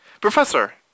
Professor